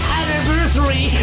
anniversary